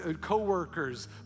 co-workers